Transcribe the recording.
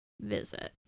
visit